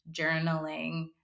journaling